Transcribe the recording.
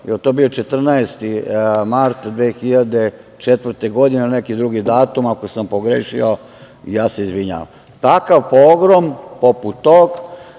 je to bio 14. mart 2004. godine, ili na neki drugi datum, ako sam pogrešio ,ja se izvinjavam. Takav pogrom poput tog,